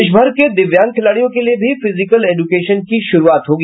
देशभर के दिव्यांग खिलाड़ियों के लिये भी फिजिकल एजुकेशन की शुरूआत होगी